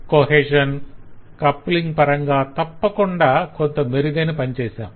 cohesion coupling పరంగా తప్పకుండా కొంత మెరుగైన పని చేశాం